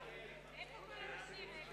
ההצעה להעביר